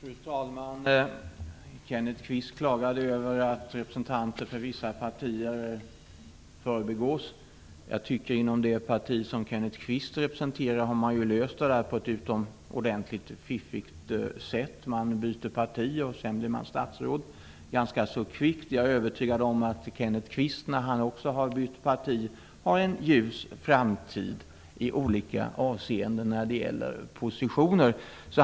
Fru talman! Kenneth Kvist klagade över att representanter för vissa partier förbigås. Inom det parti som Kenneth Kvist representerar har man löst det på ett utomordentligt fiffigt sätt. Man byter parti, och sedan blir man statsråd ganska kvickt. Jag är övertygad om att Kenneth Kvist, när också han har bytt parti, har en ljus framtid i olika avseenden när det gäller positioner.